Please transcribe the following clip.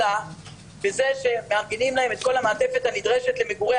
אלא בזה שמארגנים להם את כל המעטפת הנדרשת למגורי